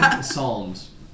Psalms